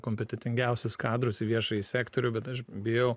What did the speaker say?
kompetentingiausius kadrus į viešąjį sektorių bet aš bijau